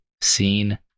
seen